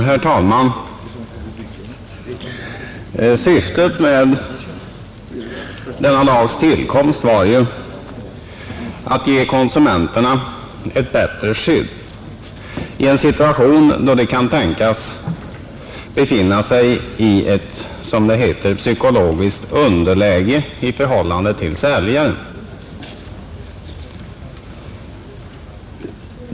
Herr talman! Syftet med denna lags tillkomst är att ge konsumenterna ett bättre skydd i en situation då de kan tänkas befinna sig i, som det heter, ett psykologiskt underläge i förhållande till säljaren.